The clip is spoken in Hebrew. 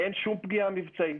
אין שום פגיעה מבצעית,